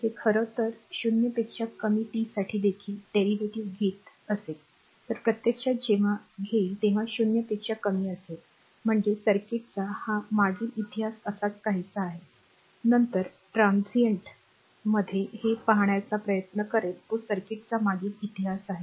हे खरं तर ० पेक्षा कमी टी साठी देखील derivativeव्युत्पत्ती घेत असेल तर प्रत्यक्षात जेव्हा घेईल तेव्हा 0 पेक्षा कमी असेल म्हणजे सर्किटचा हा मागील इतिहास असाच काहीसा आहे नंतर transientक्षणिक मध्ये हे पहाण्याचा प्रयत्न करेल तो सर्किटचा मागील इतिहास आहे